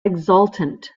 exultant